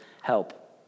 help